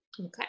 Okay